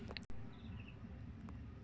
केले के फल लटकते गुच्छों में ही बड़े होते है